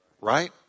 Right